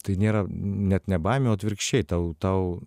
tai nėra net ne baimė o atvirkščiai tau tau